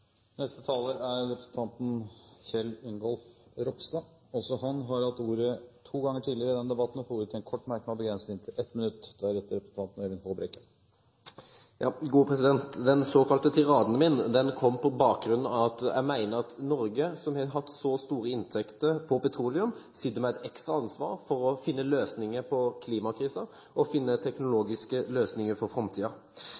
Representanten Kjell Ingolf Ropstad har hatt ordet to ganger tidligere og får ordet til en kort merknad, begrenset til 1 minutt. Den såkalte tiraden min kom på bakgrunn av at jeg mener at Norge, som har hatt så store inntekter på petroleum, sitter med et ekstra ansvar for å finne løsninger på klimakrisen og finne